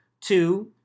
Two